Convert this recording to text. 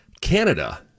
Canada